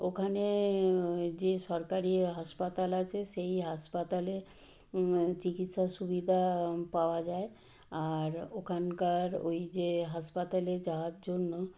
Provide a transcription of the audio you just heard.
ওখানে যে সরকারি হাসপাতাল আছে সেই হাসপাতালে চিকিৎসার সুবিধা পাওয়া যায় আর ওখানকার ওই যে হাসপাতালে যাওয়ার জন্য